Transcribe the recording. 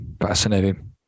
Fascinating